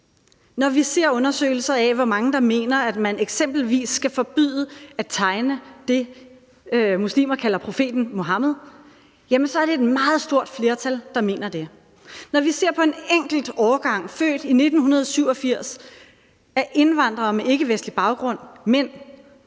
når vi ser undersøgelser af, hvor mange der mener, at man eksempelvis skal forbyde at tegne det, muslimer kalder profeten Muhammed, så er det et meget stort flertal, der mener det. Når vi ser på en enkelt årgang af indvandrermænd med ikkevestlig baggrund, der